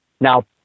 Now